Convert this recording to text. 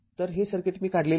तर हे सर्किट मी काढलेले आहे